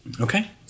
Okay